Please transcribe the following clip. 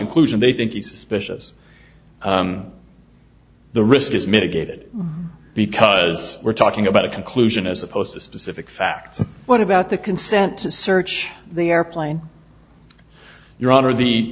conclusion they think he's suspicious the risk is mitigated because we're talking about a conclusion as opposed to specific facts what about the consent to search the airplane your honor the